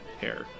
hair